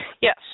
Yes